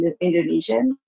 Indonesian